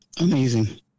Amazing